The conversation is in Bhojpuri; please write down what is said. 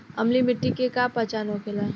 अम्लीय मिट्टी के का पहचान होखेला?